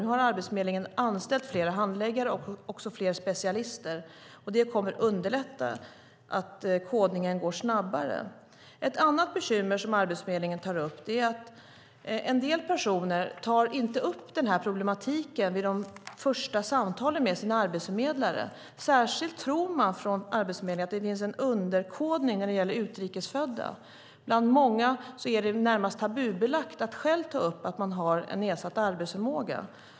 Nu har Arbetsförmedlingen anställt fler handläggare och specialister, vilket kommer att underlätta så att kodningen går snabbare. Ett annat bekymmer som Arbetsförmedlingen tar upp är att en del personer inte tar upp den här problematiken vid de första samtalen med sina arbetsförmedlare. Särskilt tror man på Arbetsförmedlingen att det finns en underkodning när det gäller utrikesfödda. Bland många är det närmast tabubelagt att själv ta upp att man har nedsatt arbetsförmåga.